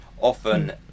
often